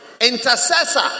Intercessor